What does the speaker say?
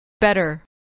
Better